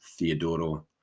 Theodoro